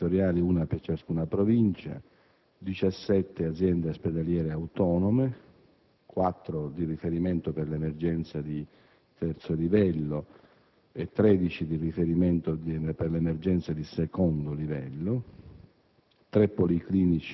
9 aziende territoriali, di cui una per ciascuna provincia, 17 aziende ospedaliere autonome, 4 di riferimento per l'emergenza di terzo livello e 13 di riferimento per l'emergenza di secondo livello,